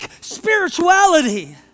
spirituality